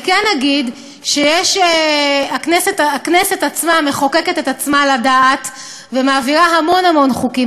אני כן אגיד שהכנסת עצמה מחוקקת את עצמה לדעת ומעבירה המון המון חוקים,